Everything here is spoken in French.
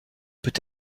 peut